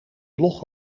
blog